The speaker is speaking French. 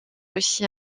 aussi